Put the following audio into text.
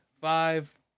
five